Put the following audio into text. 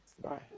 Bye